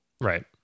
Right